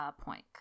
point